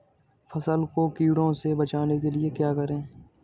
फसल को कीड़ों से बचाने के लिए क्या करें?